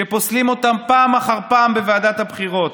שפוסלים אותם פעם אחר פעם בוועדת הבחירות,